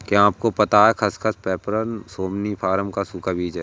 क्या आपको पता है खसखस, पैपर सोमनिफरम का सूखा बीज है?